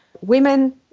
women